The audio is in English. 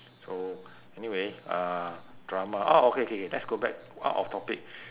so anyway uh drama ah okay okay let's go back out of topic